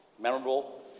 memorable